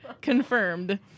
confirmed